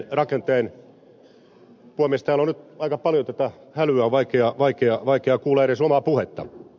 täällä on nyt aika paljon tätä hälyä on vaikea kuulla edes omaa puhetta